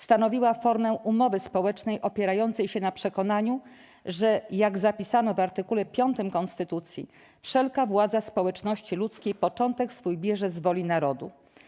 Stanowiła formę umowy społecznej opierającej się na przekonaniu, że - jak zapisano w artykule V Konstytucji - „wszelka władza społeczności ludzkiej początek swój bierze z woli narodu”